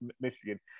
Michigan